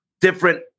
different